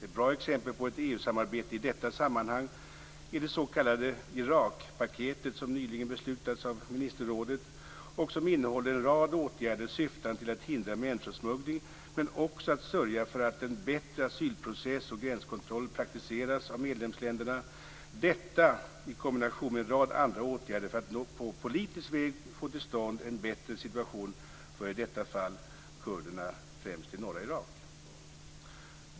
Ett bra exempel på ett EU-samarbete i detta sammanhang är det s.k. Irakpaketet som nyligen har beslutats av ministerrådet och som innehåller en rad åtgärder syftande till att hindra människosmuggling, men också att sörja för att en bättre asylprocess och gränskontroll praktiseras av medlemsländerna, detta i kombination med en rad åtgärder för att på politiska väg få till stånd en bättre situation för i detta fall kurderna främst i norra Irak.